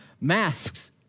Masks